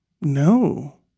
No